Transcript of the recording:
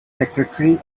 secretary